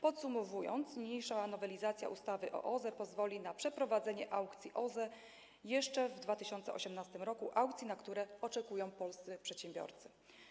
Podsumowując, niniejsza nowelizacja ustawy o OZE pozwoli na przeprowadzenie aukcji OZE jeszcze w 2018 r. - aukcji, na które oczekują polscy przedsiębiorcy.